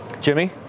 Jimmy